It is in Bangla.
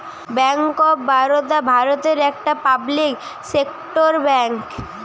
ব্যাংক অফ বারোদা ভারতের একটা পাবলিক সেক্টর ব্যাংক